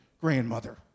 grandmother